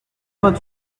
vingt